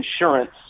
insurance